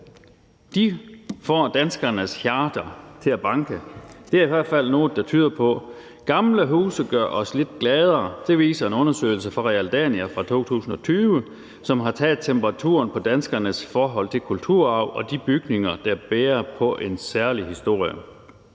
De får danskernes hjerter til at banke. Det er der i hvert fald noget, der tyder på. Gamle huse gør os lidt gladere; det viser en undersøgelse fra Realdania fra 2020, som har taget temperaturen på danskernes forhold til kulturarv og de bygninger, der bærer på en særlig historie.